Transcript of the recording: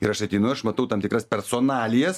ir aš ateinu aš matau tam tikras personalijas